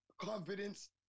confidence